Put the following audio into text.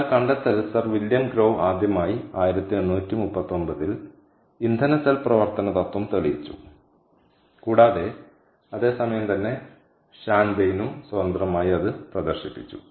എന്നാൽ കണ്ടെത്തൽ sir William Grove ആദ്യമായി 1839 ൽ ഇന്ധന സെൽ പ്രവർത്തന തത്വം തെളിയിച്ചു കൂടാതെ അതേ സമയം തന്നെ ഷൊൻബെയ്നും സ്വതന്ത്രമായി അത് പ്രദർശിപ്പിച്ചു